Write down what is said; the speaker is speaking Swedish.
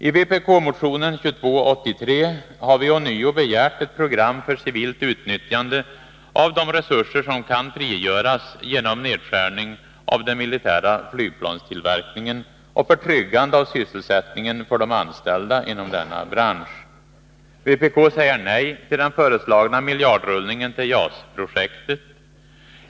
I vpk-motionen 2283 har vi ånyo begärt ett program för civilt utnyttjande av de resurser som kan frigöras genom nedskärning av den militära flygplanstillverkningen och för tryggande av sysselsättningen för de anställda inom denna bransch. Vpk säger nej till den föreslagna miljardrullning som JAS-projektet innebär.